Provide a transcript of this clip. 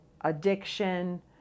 addiction